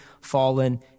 fallen